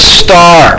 star